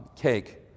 cake